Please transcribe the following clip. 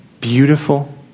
beautiful